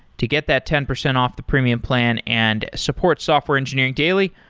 to get that ten percent off the premium plan and support software engineering daily,